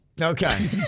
Okay